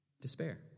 Despair